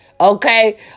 Okay